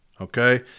okay